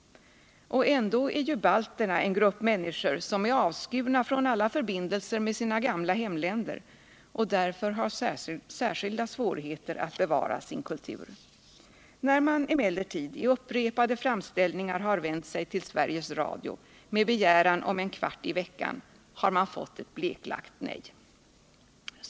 Och ändå är ju balterna en grupp människor som är avskurna från alla förbindelser med sina gamla hemländer och därför har särskilda svårigheter att bevara sin kultur. När man emellertid i upprepade framställningar har vänt sig till Sveriges Radio med begäran om en kvart i veckan har man fått ett bleklagt nej.